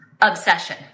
obsession